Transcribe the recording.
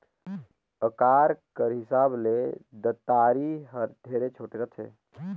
अकार कर हिसाब ले दँतारी हर ढेरे छोटे रहथे